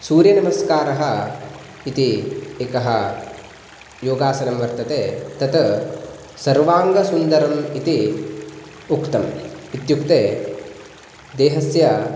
सूर्यनमस्कारः इति एकः योगासनं वर्तते तत् सर्वाङ्गसुन्दरम् इति उक्तम् इत्युक्ते देहस्य